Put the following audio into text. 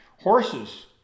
horses